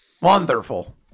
Wonderful